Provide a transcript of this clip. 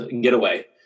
getaway